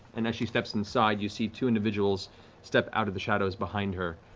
and as she steps inside, you see two individuals step out of the shadows behind her.